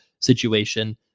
situation